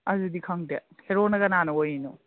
ꯑꯗꯨꯗꯤ ꯈꯪꯗꯦ ꯍꯦꯔꯣꯅ ꯀꯅꯥ ꯑꯣꯏꯔꯤꯅꯣ